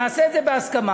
נעשה את זה בהסכמה,